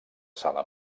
sala